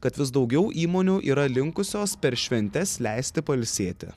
kad vis daugiau įmonių yra linkusios per šventes leisti pailsėti